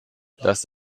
das